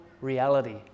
reality